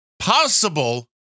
possible